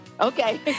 Okay